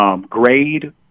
Grade